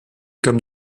comme